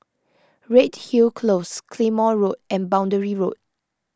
Redhill Close Claymore Road and Boundary Road